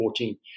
2014